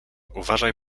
uważaj